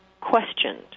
questioned